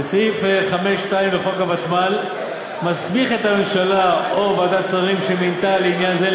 סעיף 5(2) לחוק הוותמ"ל מסמיך את הממשלה או ועדת שרים שמינתה לעניין זה,